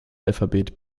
alphabet